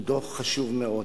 הוא דוח חשוב מאוד,